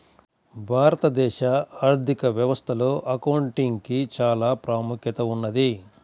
భారతదేశ ఆర్ధిక వ్యవస్థలో అకౌంటింగ్ కి చానా ప్రాముఖ్యత ఉన్నది